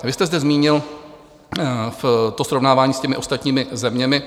Vy jste zde zmínil to srovnávání s těmi ostatními zeměmi.